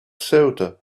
ceuta